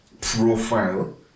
profile